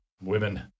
Women